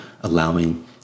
allowing